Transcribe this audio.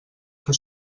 que